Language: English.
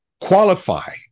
qualify